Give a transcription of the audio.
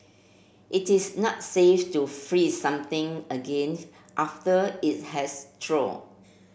it is not safe to freeze something again after it has thaw